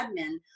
admin